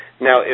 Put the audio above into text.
Now